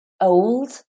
old